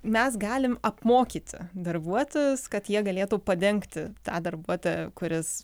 mes galim apmokyti darbuotojus kad jie galėtų padengti tą darbuotoją kuris